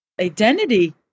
identity